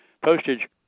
postage